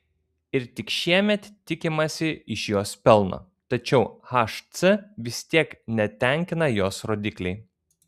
ir tik šiemet tikimasi iš jos pelno tačiau hc vis tiek netenkina jos rodikliai